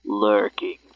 Lurking